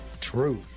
Truth